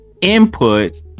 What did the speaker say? input